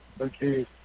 Okay